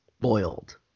Boiled